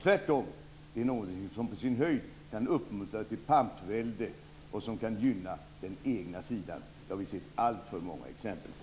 Tvärtom är det någonting som på sin höjd kan uppmuntra till pampvälde och som kan gynna den egna sidan. Det har vi sett alltför många exempel på.